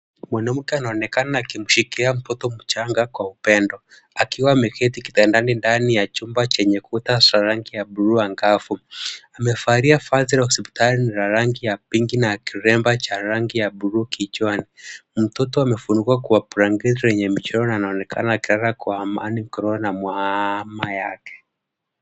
Mwanamke anaonekana akimshikilia mtoto mchanga kwa upendo akiwa ameketi kitandani ndani ya chumba chenye kuta za rangi ya bluu angavu. Amevalia vazi la hospitali ni la rangi la pinki na kilemba cha rangi ya bluu kichwani. Mtoto amefungwa kwa blanketi yenye michoro anaonekana akilala kwa amani akiwa na maaaama yake.